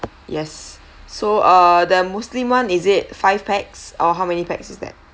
yes so uh the muslim one is it five pax or how many pax is that